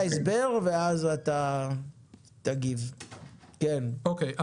של ההגבלה או המניעה של הרשויות הוא חידוד שלא במקומו.